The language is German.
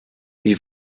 wie